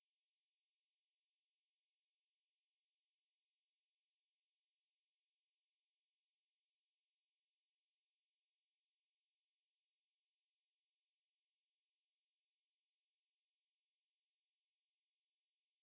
try out for everything all over again so err நான்:naan try out பண்ணேன்:pannaen lah hundred க்கு:kku try பண்ணேன்:pannaen two hundred க்கும்:kkum try பண்ணேன்:pannaen then um the coach saw me for hundred and two hundred then he say eh your timing is very good err I want to push you for all the short distance which means